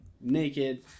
naked